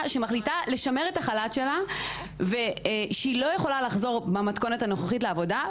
שמחליטה לשמר את החל"ת שלה ושהיא לא יכולה לחזור במתכונת הנוכחית לעבודה,